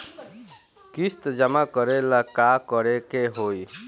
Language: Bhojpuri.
किस्त जमा करे ला का करे के होई?